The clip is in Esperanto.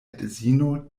edzino